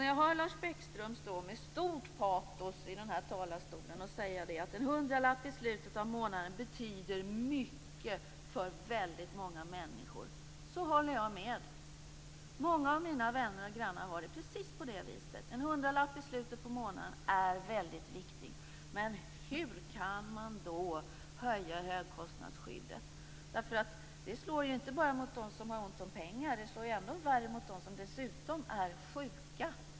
När jag hör Lars Bäckström med stort patos säga att en hundralapp i slutet av månaden betyder mycket för väldigt många människor, håller jag med. Många av mina vänner och grannar har det precis på det viset. En hundralapp i slutet av månaden är väldigt viktig. Men hur kan man då höja högkostnadsskyddet? Det slår ju inte bara mot dem som har ont om pengar. Det slår ändå värre mot dem som dessutom är sjuka.